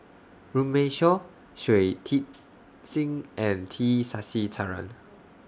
Runme Shaw Shui Tit Sing and T Sasitharan